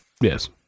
Yes